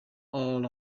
all